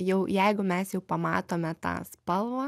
jau jeigu mes jau pamatome tą spalvą